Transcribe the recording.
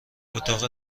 اتاق